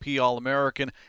all-american